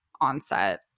onset